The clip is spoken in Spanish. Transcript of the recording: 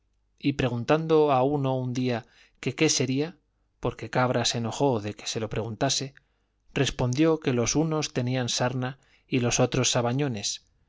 y preguntando a uno un día que qué sería porque cabra se enojó de que se lo preguntase respondió que los unos tenían sarna y los otros sabañones